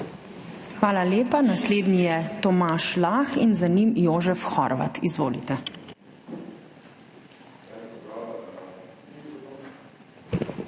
Hvala lepa. Naslednji je Tomaž Lah in za njim Jožef Horvat. Izvolite.